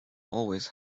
always